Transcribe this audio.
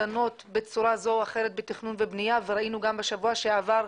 דנות בצורה זו או אחרת בתכנון ובנייה וראינו גם בשבוע שעבר,